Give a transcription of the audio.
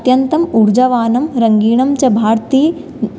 अत्यन्तम् ऊर्जावत् रङ्गीणं च भारतीय